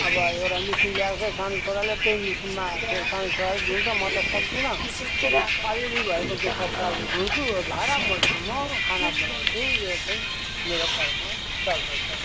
अब एउटा मिसिन ल्याएको छ सानो छोराले त्यही मिसिनमा सानो छोराले धुन्छ म त सक्दिनँ अलिअलि भएको त्यो कपडाहरू धुन्छु भाँडा मोल्छु म खाना बनाउँछु यो चाहिँ मेरो कर्म चल्दैछ